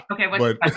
Okay